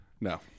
No